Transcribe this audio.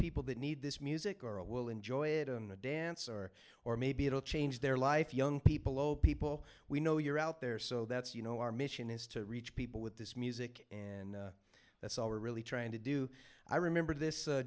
people that need this music or will enjoy it and a dancer or maybe it'll change their life young people oh people we know you're out there so that's you know our mission is to reach people with this music and that's all we're really trying to do i remember this